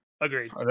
Agreed